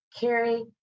Carrie